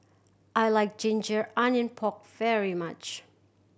I like ginger onion pork very much